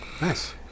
Nice